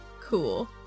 Cool